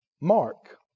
Mark